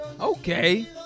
Okay